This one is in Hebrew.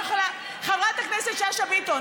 חברת הכנסת שאשא ביטון,